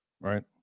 right